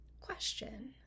question